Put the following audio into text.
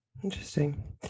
Interesting